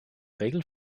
regel